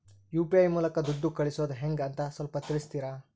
UPI ಮೂಲಕ ದುಡ್ಡು ಕಳಿಸೋದ ಹೆಂಗ್ ಅಂತ ಸ್ವಲ್ಪ ತಿಳಿಸ್ತೇರ?